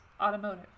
automotive